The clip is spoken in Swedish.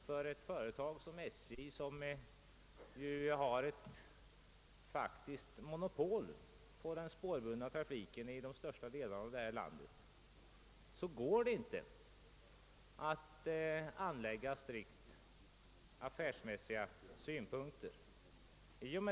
För ett företag som SJ — som ju har ett faktiskt monopol på den spårbundna trafiken i den största delen av landet — går det enligt min mening inte att anlägga strikt affärsmässiga synpunkter.